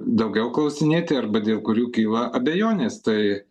daugiau klausinėti arba dėl kurių kyla abejonės tai